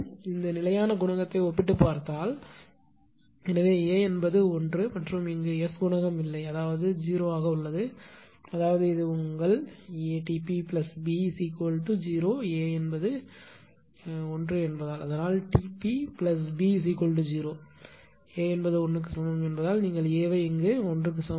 எனவே இந்த நிலையான குணகத்தை ஒப்பிட்டுப் பார்த்தால் எனவே A 1 மற்றும் இங்கு S குணகம் இல்லை அதாவது 0 ஆக உள்ளது அதாவது இது உங்கள்ATPB0 A 1 என்பதால் அதனால் TPB0 A என்பது 1 க்கு சமம் என்பதால் நீங்கள் A வை இங்கு 1 க்கு சமம்